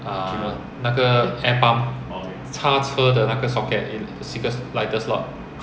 err 那个 air pump 插车的那个 socket in cigarette lighter slot